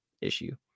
issue